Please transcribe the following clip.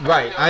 Right